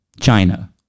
china